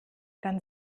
dann